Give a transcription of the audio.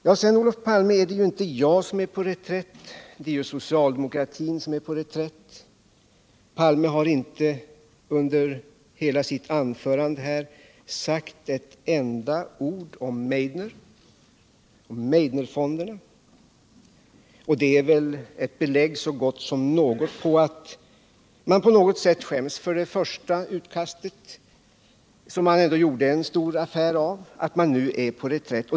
Det är, Olof Palme, inte jag som är på reträtt, utan det är socialdemokratin som är på reträtt. Olof Palme har inte under hela sitt anförande här sagt ett enda ord om Meidnerfonderna, och det är väl ett belägg så gott som något för att socialdemokratin på något sätt skäms för det första utkastet, som man ändå gjorde en stor affär av, och att man nu är på reträtt.